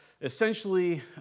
essentially